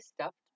stuffed